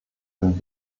den